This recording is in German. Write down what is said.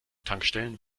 tankstellen